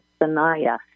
Sanaya